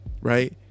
right